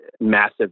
massive